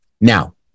Now